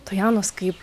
tojanos kaip